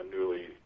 newly